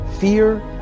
fear